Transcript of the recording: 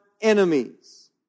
enemies